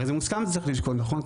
הרי זה מוסכם שצריך לשקול, נכון?